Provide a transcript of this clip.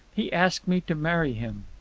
he asked me to marry him.